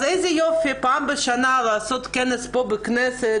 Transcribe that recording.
אז איזה יופי פעם בשנה לעשות כנס פה בכנסת,